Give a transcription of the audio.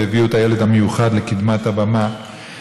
והביאו את הילד המיוחד לקדמת הבמה.